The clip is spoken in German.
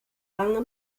lange